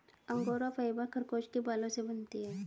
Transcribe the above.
angora fibre खरगोश के बालों से बनती है